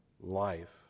life